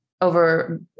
over